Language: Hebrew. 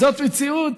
זאת מציאות